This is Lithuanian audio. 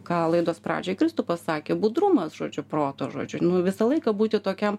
ką laidos pradžioj kristupas sakė budrumas žodžiu proto žodžiu visą laiką būti tokiam